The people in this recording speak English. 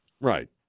Right